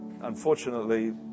Unfortunately